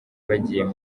bagiye